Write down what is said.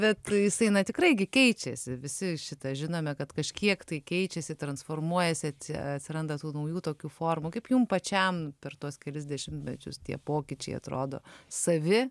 bet jisai na tikrai gi keičiasi visi šitą žinome kad kažkiek tai keičiasi transformuojasi atsi atsiranda tų naujų tokių formų kaip jum pačiam per tuos kelis dešimtmečius tie pokyčiai atrodo savi